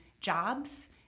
jobs